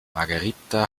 margherita